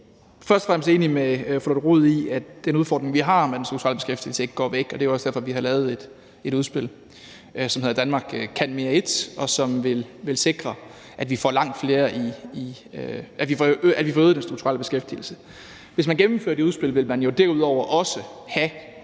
først og fremmest enig med fru Lotte Rod i, at den udfordring, vi har med den strukturelle beskæftigelse, ikke går væk, og det er jo også derfor, vi har lavet et udspil, som hedder »Danmark kan mere I«, og som vil sikre, at vi får øget den strukturelle beskæftigelse. Hvis man gennemfører det udspil, vil man derudover også have